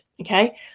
okay